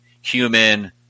human